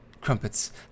crumpets